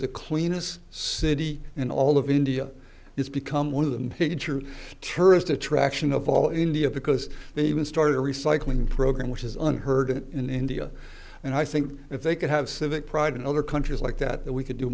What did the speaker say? the cleanest city in all of india it's become one of them hit your target attraction of all india because they even started a recycling program which is unheard of in india and i think if they could have civic pride in other countries like that that we could do